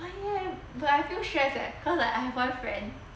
why eh but I feel stress leh cause like I have one friend